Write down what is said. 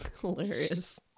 hilarious